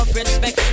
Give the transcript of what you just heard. respect